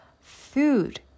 Food